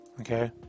Okay